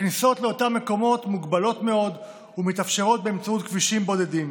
הכניסות לאותם מקומות מוגבלות מאוד ומתאפשרות באמצעות כבישים בודדים.